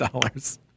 dollars